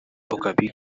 okapi